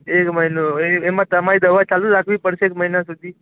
એક મહિનો એમાં તમારી દવા ચાલું રાખવી પડશે એક મહિના સુધી